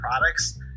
products